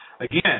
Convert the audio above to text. Again